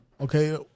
Okay